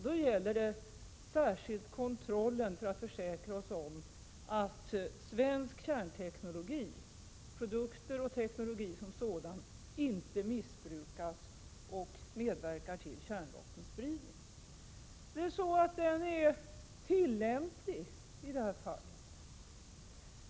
Det gäller särskilt kontrollen för att försäkra oss om att svensk kärnteknologi— produkter och teknologin som sådan — inte missbrukas och medverkar till kärnvapenspridning. Lagen är tillämplig i detta fall.